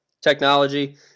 technology